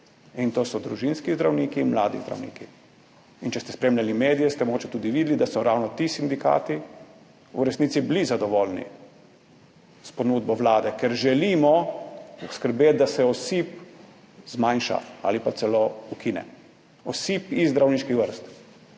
in to so družinski zdravniki, mladi zdravniki. In če ste spremljali medije, ste mogoče tudi videli, da so bili ravno ti sindikati v resnici zadovoljni s ponudbo Vlade, ker želimo poskrbeti, da se osip zmanjša ali pa celo ukine, osip iz zdravniških vrst.